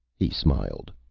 he smiled.